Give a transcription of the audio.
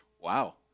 Wow